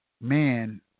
man